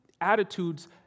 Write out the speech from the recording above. attitudes